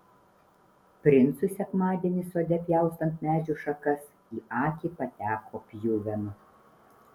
princui sekmadienį sode pjaustant medžių šakas į akį pateko pjuvenų